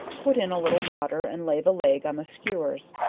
put in a little water and lay the leg on the scewers,